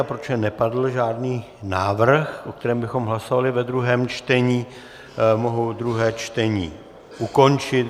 Protože nepadl žádný návrh, o kterém bychom hlasovali ve druhém čtení, mohu druhé čtení ukončit.